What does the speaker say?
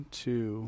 two